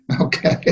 Okay